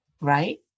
right